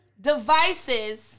devices